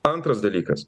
antras dalykas